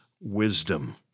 wisdom